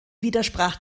widersprach